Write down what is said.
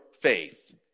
faith